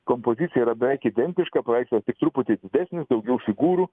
kompozicija yra beveik identiška paveikslas tik truputį didesnis daugiau figūrų